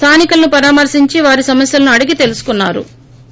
స్లానికులను పరామర్తించి వారి సమస్యలను అడిగి తెలసుకున్నారు